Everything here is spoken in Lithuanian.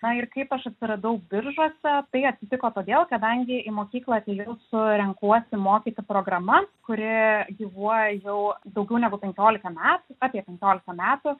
na ir kaip aš atsiradau biržuose tai atsitiko todėl kadangi į mokyklą atėjau su renkuosi mokyti programa kuri gyvuoja jau daugiau negu penkiolika metų apie penkiolika metų